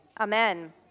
Amen